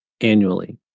annually